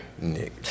Nick